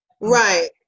Right